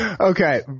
Okay